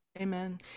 Amen